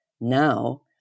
now